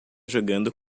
jogando